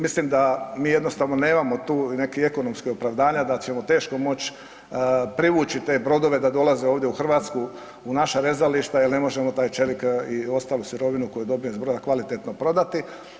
Mislim da mi jednostavno nemamo tu nekih ekonomskih opravdanja, da ćemo teško moći privući te brodove da dolaze ovdje u Hrvatsku, u naša rezališta jer ne možemo taj čelik i ostalu sirovinu koju dobijemo sa broda kvalitetno prodati.